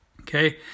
Okay